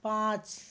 पाँच